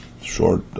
short